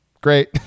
great